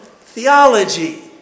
theology